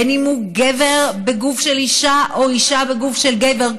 בין אם הוא גבר בגוף של אישה או אישה בגוף של גבר,